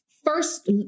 First